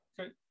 Okay